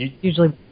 usually